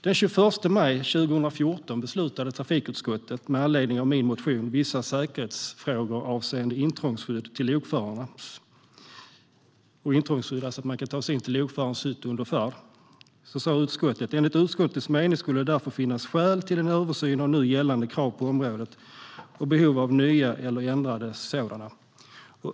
Den 21 maj 2014 sa trafikutskottet följande med anledning av min motion Vissa säkerhetsfrågor avseende intrångsskydd till lokförarnas hytt så att man inte kan ta sig in i lokförarens hytt under färd: "Enligt utskottets mening skulle det därför kunna finnas skäl för en översyn av de gällande kraven på området liksom behovet av nya eller ändrade krav.